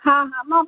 हां हां मग